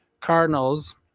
Cardinals